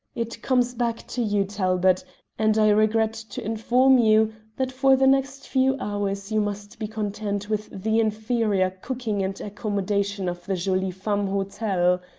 it comes back to you, talbot, and i regret to inform you that for the next few hours you must be content with the inferior cooking and accommodation of the jolies femmes hotel.